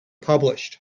published